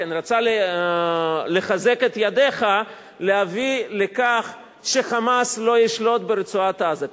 רצה לחזק את ידיך להביא לכך ש"חמאס" לא ישלוט ברצועת-עזה.